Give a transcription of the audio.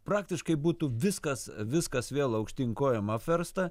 praktiškai būtų viskas viskas vėl aukštyn kojom apversta